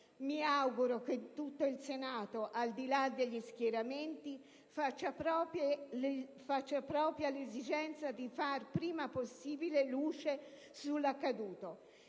Mi auguro che tutto il Senato, al di là degli schieramenti, faccia propria l'esigenza di fare il prima possibile luce sull'accaduto,